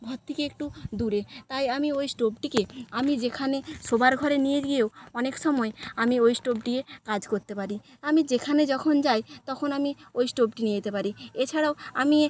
ঘর থেকে একটু দূরে তাই আমি ওই স্টোভটিকে আমি যেখানে শোয়ার ঘরে নিয়ে গিয়েও অনেক সময় আমি ওই স্টোভ দিয়ে কাজ করতে পারি আমি যেখানে যখন যাই তখন আমি ওই স্টোভটি নিয়ে যেতে পারি এছাড়াও আমি